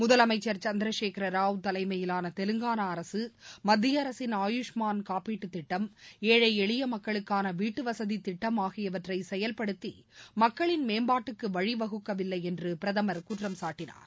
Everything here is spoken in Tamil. முதலமைச்சர் சந்திரசேகர் ராவ் தலைமையிலான தெலங்கானா அரசு மத்திய அரசின் ஆயுஷ்மான் காப்பீடு திட்டம் ஏழை எளிய மக்களுக்கான வீட்டுவசதி திட்டம் ஆகியவற்றை செயல்படுத்தி மக்களின் மேம்பாட்டுக்கு வழிவகுக்கவில்லை என்று பிரதமர் குற்றம் சாட்டினார்